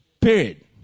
Period